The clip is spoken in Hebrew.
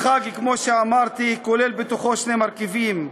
החג, כמו שאמרתי, כולל בתוכו שני מרכיבים,